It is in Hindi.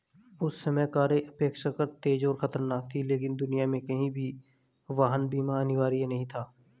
उस समय कारें अपेक्षाकृत तेज और खतरनाक थीं, लेकिन दुनिया में कहीं भी वाहन बीमा अनिवार्य नहीं था